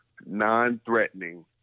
non-threatening